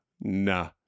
nah